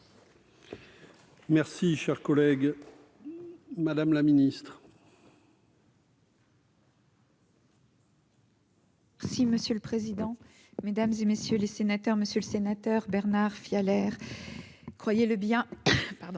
Merci, cher collègue, Madame la Ministre. Si monsieur le président, Mesdames et messieurs les sénateurs, monsieur le sénateur Bernard à l'air, croyez-le bien, pardon